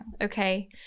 Okay